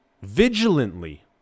vigilantly